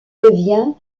devient